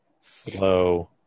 slow